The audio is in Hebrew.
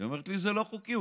היא אומרת לי: זה לא חוקי,